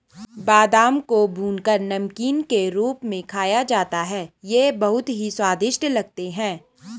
बादाम को भूनकर नमकीन के रूप में खाया जाता है ये बहुत ही स्वादिष्ट लगते हैं